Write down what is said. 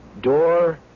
door